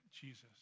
Jesus